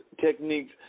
techniques